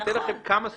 אני אתן לכם כמה סוגיות.